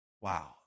Wow